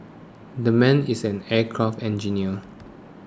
that man is an aircraft engineer